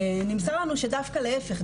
נמסר לנו שדווקא להיפך,